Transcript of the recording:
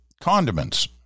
Condiments